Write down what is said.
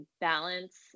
balance